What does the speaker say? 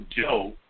Joe